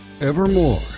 Evermore